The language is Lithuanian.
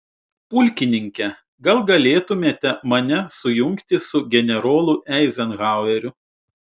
pulkininke gal galėtumėte mane sujungti su generolu eizenhaueriu